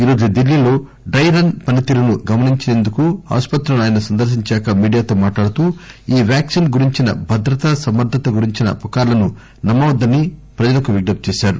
ఈరోజు దిల్లీలో డైరన్ పనితీరును గమనించేందుకు ఆసుపత్రులను ఆయన సందర్నించాక మీడియాతో మాట్లాడుతూ ఈ వ్యాక్సిన్ గురించిన భద్రత సమర్దత గురించిన పుకార్లను నమ్మవద్దని ప్రజలకు విజ్ఞప్తిచేశారు